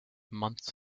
months